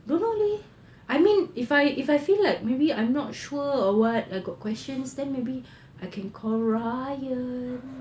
don't know leh I mean if if I feel like maybe not sure or what I got questions then maybe I can call ryan